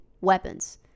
weapons